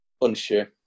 unsure